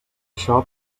això